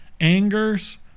angers